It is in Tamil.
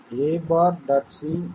c b'